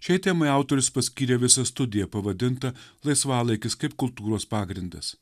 šiai temai autorius paskyrė visą studiją pavadintą laisvalaikis kaip kultūros pagrindas